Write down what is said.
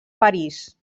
parís